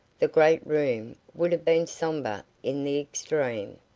the great room would have been sombre in the extreme.